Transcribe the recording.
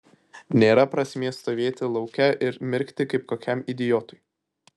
nėra prasmės stovėti lauke ir mirkti kaip kokiam idiotui